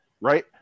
Right